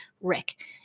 Rick